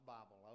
Bible